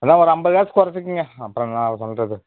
அதுதான் ஒரு ஐம்பது காசு குறச்சுக்குங்க அப்புறம் நான் சொல்கிறது